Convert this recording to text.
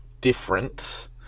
different